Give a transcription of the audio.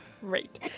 Great